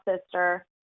sister